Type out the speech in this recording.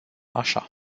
așa